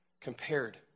compared